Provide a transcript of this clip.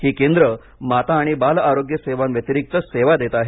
ही केंद्रे माता आणि बाल आरोग्य सेवांव्यतिरिक सेवा देत आहेत